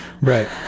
right